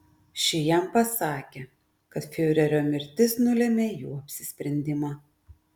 ši jam pasakė kad fiurerio mirtis nulėmė jų apsisprendimą